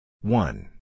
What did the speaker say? One